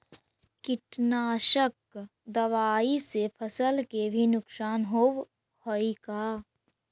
कीटनाशक दबाइ से फसल के भी नुकसान होब हई का?